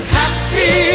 happy